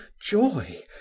joy